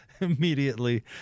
immediately